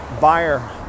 buyer